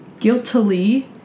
guiltily